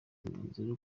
umwanzuro